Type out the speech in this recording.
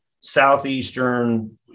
southeastern